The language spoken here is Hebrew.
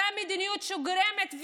אותה מדיניות שגורמת,